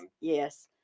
Yes